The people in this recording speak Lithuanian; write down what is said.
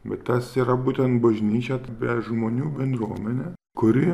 bet tas yra būtent bažnyčios be žmonių bendruomenė kuri